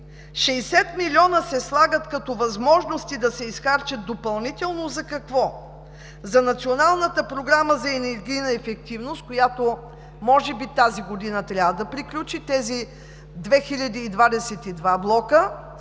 в ал. 3 се слагат като възможности да се изхарчат допълнително 60 млн. лв. За какво? За Националната програма за енергийна ефективност, която може би тази година трябва да приключи тези 2022 блока,